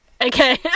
Okay